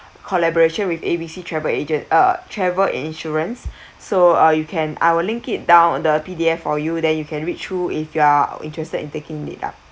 collaboration with A B C travel agent uh travel insurance so uh you can I will link it down the P_D_F for you then you can read through if you are interested in taking it up